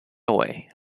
away